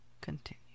continue